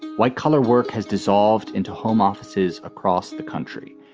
white collar work has dissolved into home offices across the country,